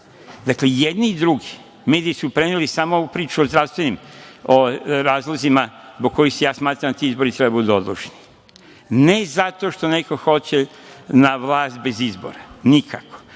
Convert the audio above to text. Dakle, i jedni i drugi, mediji su preneli samo ovu priču o zdravstvenim razlozima zbog kojih ja smatram da ti izbori treba da budu odloženi, ne zato što hoće na vlast bez izbora, nikako.